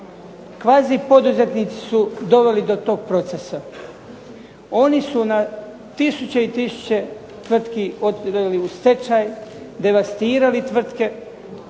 Kvazi poduzetnici su doveli do tog procesa. Oni su na tisuće i tisuće tvrtki odveli u stečaj, devastirali tvrtke,